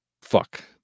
Fuck